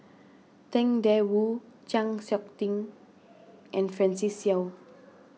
Tang Da Wu Chng Seok Tin and Francis Seow